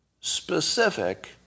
specific